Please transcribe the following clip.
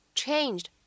,changed